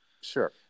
sure